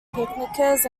picnickers